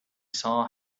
saw